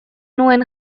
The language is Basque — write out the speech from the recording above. nuen